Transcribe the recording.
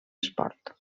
esport